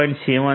7 Python 2